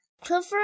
Clifford